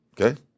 Okay